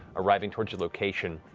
arriving towards your location.